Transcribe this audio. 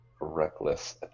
reckless